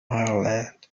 ireland